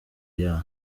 year